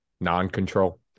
non-control